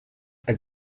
are